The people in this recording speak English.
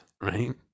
right